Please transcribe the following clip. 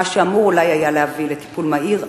מה שהיה אמור אולי להביא לטיפול מהיר,